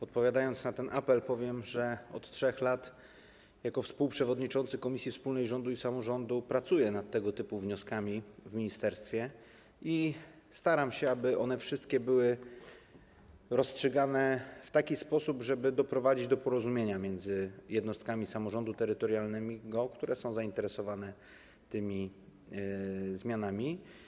Odpowiadając na ten apel, powiem, że od 3 lat jako współprzewodniczący komisji wspólnej rządu i samorządu pracuję nad tego typu wnioskami w ministerstwie i staram się, aby wszystkie były rozstrzygane w taki sposób, żeby doprowadzić do porozumienia między jednostkami samorządu terytorialnego, które są zainteresowane tymi zmianami.